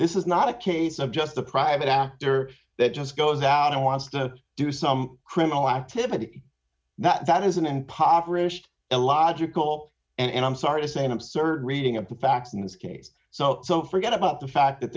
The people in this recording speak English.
this is not a case of just the private after that just goes out and wants to do some criminal activity that is an impoverished illogical and i'm sorry to say an absurd reading of the facts in this case so so forget about the fact that